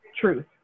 truth